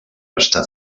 està